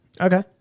Okay